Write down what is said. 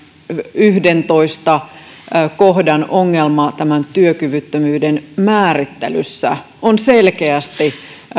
yhdennentoista kohdan ongelma työkyvyttömyyden määrittelyssä on selkeästi